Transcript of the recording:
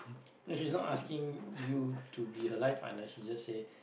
no she's not asking you to be her life partner she just say